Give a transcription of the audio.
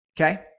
Okay